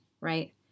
right